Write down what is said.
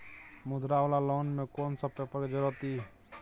मुद्रा वाला लोन म कोन सब पेपर के जरूरत इ?